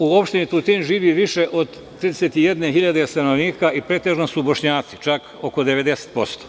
U Opštini Tutin živi više od 31.000 stanovnika i pretežno su Bošnjaci, čak oko 90%